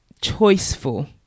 choiceful